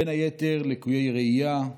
בין היתר ליקויי ראייה,